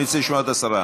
אני רוצה לשמוע את השרה.